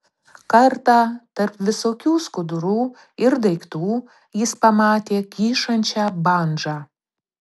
kartą tarp visokių skudurų ir daiktų jis pamatė kyšančią bandžą